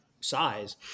size